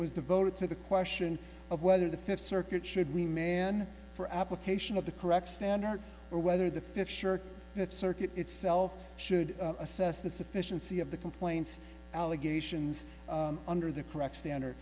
was devoted to the question of whether the fifth circuit should we may in for application of the correct standard or whether the fifth shirt circuit itself should assess the sufficiency of the complaints allegations under the correct standard